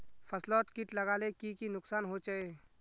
फसलोत किट लगाले की की नुकसान होचए?